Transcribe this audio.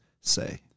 say